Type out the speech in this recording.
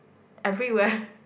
everywhere